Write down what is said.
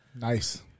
Nice